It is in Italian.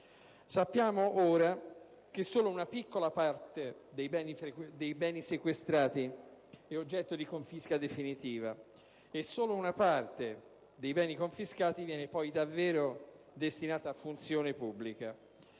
Sappiamo ora che solo una piccola parte dei beni sequestrati è oggetto di confisca definitiva e solo una parte dei beni confiscati viene poi davvero destinata a funzione pubblica.